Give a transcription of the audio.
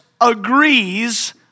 agrees